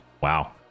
Wow